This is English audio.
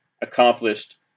accomplished